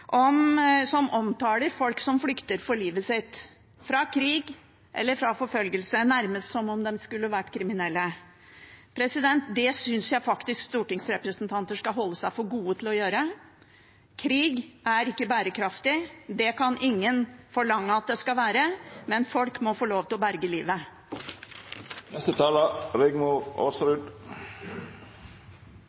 om de skulle vært kriminelle. Det synes jeg faktisk stortingsrepresentanter skal holde seg for gode til å gjøre. Krig er ikke bærekraftig, det kan ingen forlange at det skal være, men folk må få lov til å berge